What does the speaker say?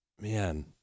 man